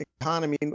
economy